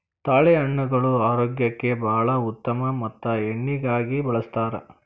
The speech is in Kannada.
ತಾಳೆಹಣ್ಣುಗಳು ಆರೋಗ್ಯಕ್ಕೆ ಬಾಳ ಉತ್ತಮ ಮತ್ತ ಎಣ್ಣಿಗಾಗಿ ಬಳ್ಸತಾರ